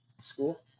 school